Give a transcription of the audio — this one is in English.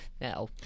No